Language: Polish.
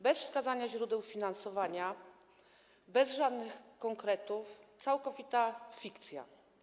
Bez wskazania źródeł finansowania, bez żadnych konkretów, całkowita fikcja.